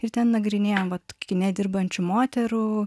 ir ten nagrinėjom vat kine dirbančių moterų